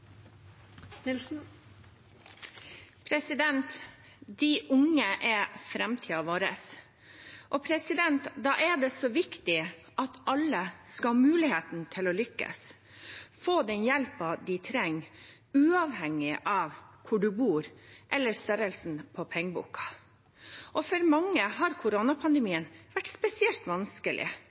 så viktig at alle skal ha muligheten til å lykkes, få den hjelpen de trenger, uavhengig av hvor de bor eller størrelsen på pengeboken. For mange har koronapandemien vært spesielt vanskelig.